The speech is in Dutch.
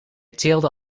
teelde